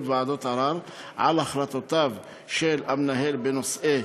ועדות ערר על החלטותיו של המנהל בנושאי